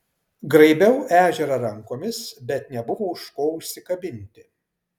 graibiau ežerą rankomis bet nebuvo už ko užsikabinti